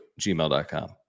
gmail.com